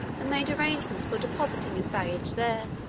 and made arrangements for depositing his baggage there.